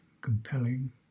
compelling